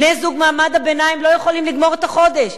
בני-זוג ממעמד הביניים לא יכולים לגמור את החודש.